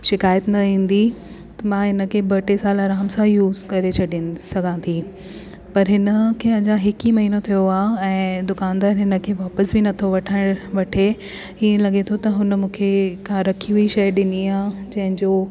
शिकायत न ईंदी त मां हिन खे ॿ टे साल आराम सां यूस करे छॾी सघां थी पर हिन खे अञा हिकु ई महिनो थियो आहे ऐं दुकानदारु हिन खे वापसि बि नथो वठणु वठे हीअं लॻे थो त हुन मूंखे को रखी हुई शइ ॾिनी आहे जंहिंजो